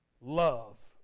Love